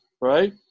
right